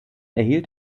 erhielt